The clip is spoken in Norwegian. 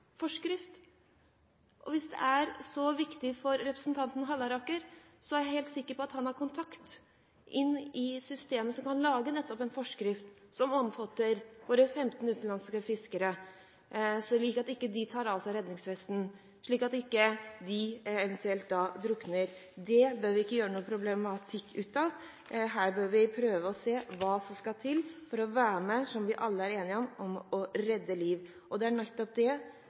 Hvis dette er så viktig for representanten Halleraker, er jeg helt sikker på at han har kontakter inn i systemet som kan lage nettopp en forskrift som omfatter de 15 utenlandske fiskerne, slik at de ikke tar av seg redningsvesten, slik at de eventuelt ikke drukner. Det bør man ikke lage noe problem av. Her bør vi prøve å se hva som skal til for å være med og redde liv – som vi alle er enige om er viktig. Det er nettopp det